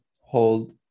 hold